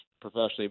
professionally